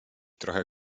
trochę